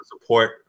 support